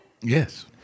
Yes